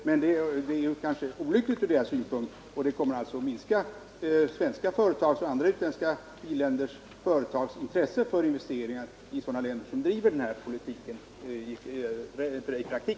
Men detta är naturligtvis olyckligt från deras synpunkt, och det kommer att minska svenska företags och andra industriländers företags intresse för investeringar i länder som driver en sådan politik.